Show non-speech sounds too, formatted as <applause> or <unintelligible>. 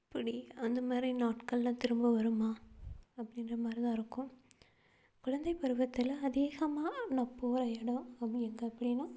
எப்படி அந்த மாதிரி நாட்கள்லாம் திரும்ப வருமா அப்படின்ற மாதிரி தான் இருக்கும் குழந்தை பருவத்தில் அதிகமாக நான் போகிற இடோம் <unintelligible> அப்படின்னா